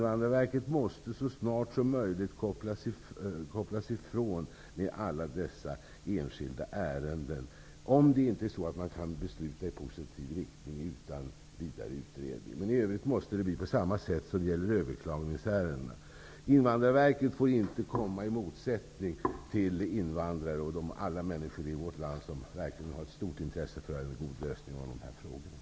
Verket måste så snart som möjligt kopplas ifrån alla dessa enskilda ärenden, om man inte kan besluta i positiv riktning utan vidare utredning. I övrigt måste det bli på samma sätt som när det gäller överklagningsärendena. Invandrarverket får inte komma i motsättning till invandrare och alla de människor i vårt land som har ett stort intresse för en god lösning av dessa frågor.